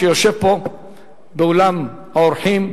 שיושב פה ביציע האורחים,